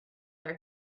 are